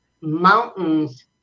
mountains